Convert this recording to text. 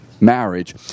marriage